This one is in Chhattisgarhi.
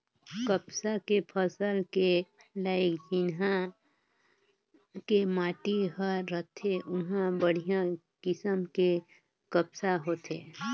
कपसा के फसल के लाइक जिन्हा के माटी हर रथे उंहा बड़िहा किसम के कपसा होथे